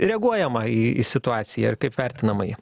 reaguojama į situaciją ir kaip vertinama ji